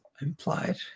Implied